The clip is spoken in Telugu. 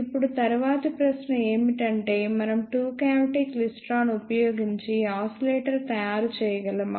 ఇప్పుడు తరువాతి ప్రశ్న ఏమిటంటే మనం టూ క్యావిటీ క్లైస్ట్రాన్ ఉపయోగించి ఆసిలేటర్ తయారు చేయగలమా